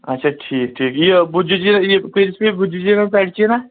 اَچھا ٹھیٖک ٹھیٖک یہِ کۭتِس پییٚہِ